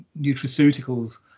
nutraceuticals